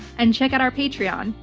and check out our patreon.